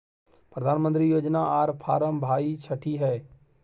प्रधानमंत्री योजना आर फारम भाई छठी है?